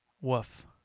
woof